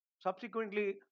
subsequently